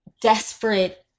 desperate